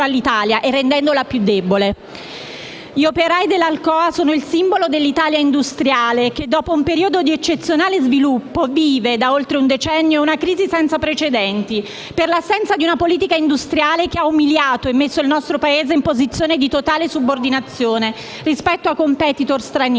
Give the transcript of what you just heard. Gli operai dell'Alcoa sono il simbolo dell'Italia industriale che, dopo un periodo di eccezionale sviluppo, vive da oltre un decennio una crisi senza precedenti, per l'assenza di una politica industriale che ha umiliato e messo il nostro Paese in posizione di totale subordinazione rispetto ai *competitor* stranieri,